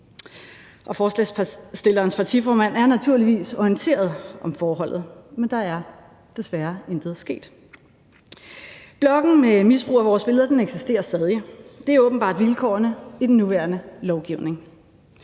forslagsstillerens partiformand er naturligvis orienteret om forholdet, men der er desværre intet sket. Bloggen med misbrug af vores billeder eksisterer stadig. Det er åbenbart vilkårene i den nuværende lovgivning.